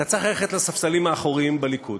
אתה צריך ללכת לספסלים האחוריים בליכוד.